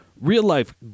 real-life